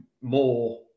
more